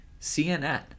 CNN